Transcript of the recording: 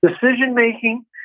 decision-making